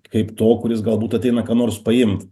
kaip to kuris galbūt ateina ką nors paimt